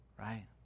right